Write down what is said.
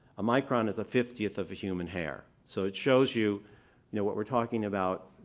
a micron is a fiftieth of a human hair. so it shows you, you know, what we're talking about